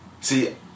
See